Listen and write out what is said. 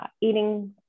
eating